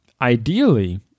ideally